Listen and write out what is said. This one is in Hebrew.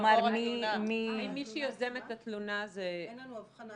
כלומר מי -- האם מי שיוזם את התלונה זה -- אין לנו הבחנה